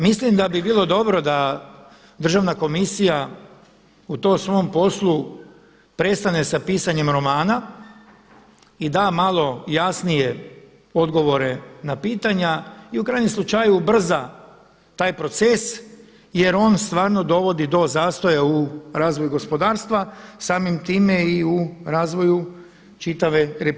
Mislim da bi bilo dobro da Državna komisija u tom svom poslu prestane sa pisanjem romana i da malo jasnije odgovore na pitanja i u krajnjem slučaju ubrza taj proces jer on stvarno dovodi do zastoja u razvoju gospodarstva samim time i u razvoju čitave RH.